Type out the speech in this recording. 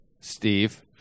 Steve